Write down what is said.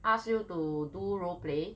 ask you to do role play